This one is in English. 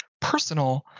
personal